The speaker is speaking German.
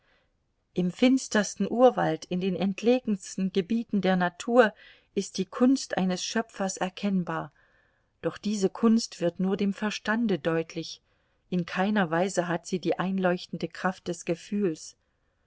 im finstersten urwald in den entlegensten gebieten der natur ist die kunst eines schöpfers erkennbar doch diese kunst wird nur dem verstande deutlich in keiner weise hat sie die einleuchtende kraft des gefühls